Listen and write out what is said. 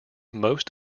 most